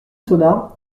sonna